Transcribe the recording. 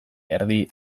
erdi